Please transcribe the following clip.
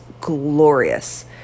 glorious